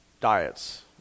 diets